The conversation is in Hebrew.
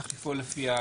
צריך לפעול לפי,